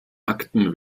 akten